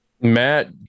Matt